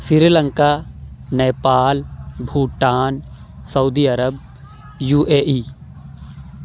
Sri Lanka Nepal Bhutan Saudi Arab you a E